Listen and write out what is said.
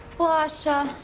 pasha,